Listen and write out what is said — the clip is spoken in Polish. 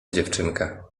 dziewczynka